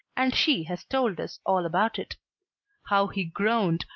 and she has told us all about it how he groaned,